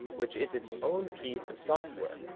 which is its own piece of software.